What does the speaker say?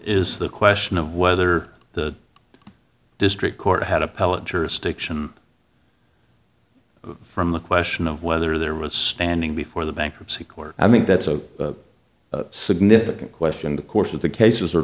is the question of whether the district court had appellate jurisdiction from the question of whether there was standing before the bankruptcy court i think that's a significant question the course of the cases are